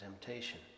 temptation